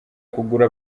kugura